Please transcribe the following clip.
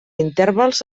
intervals